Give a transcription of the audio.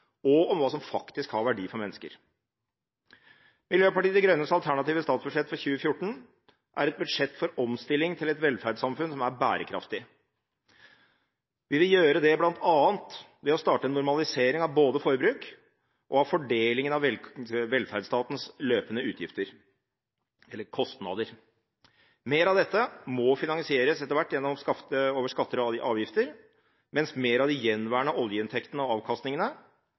og om hva som faktisk har verdi for mennesker. Miljøpartiet De Grønnes alternative statsbudsjett for 2014 er et budsjett for omstilling til et velferdssamfunn som er bærekraftig. Vi vil gjøre det bl.a. ved å starte en normalisering av både forbruk og fordeling av velferdsstatens løpende kostnader. Mer av dette må finansieres etter hvert over skatter og avgifter, mens mer av de gjenværende oljeinntektene og avkastningene